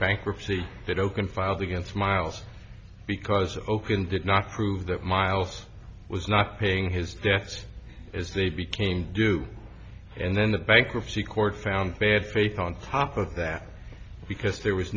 bankruptcy that oaken filed against miles because oaken did not prove that miles was not paying his debts as they became due and then the bankruptcy court found bad faith on top of that because there was